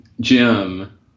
Jim